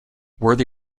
worthy